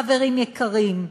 חברים יקרים,